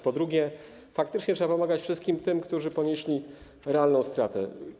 Po drugie, faktycznie trzeba pomagać wszystkim tym, którzy ponieśli realną stratę.